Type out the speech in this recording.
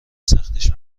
سختش